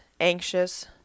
anxious